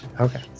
Okay